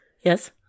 Yes